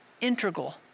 integral